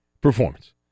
performance